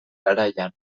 garaian